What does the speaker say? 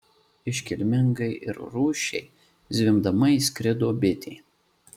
iškilmingai ir rūsčiai zvimbdama įskrido bitė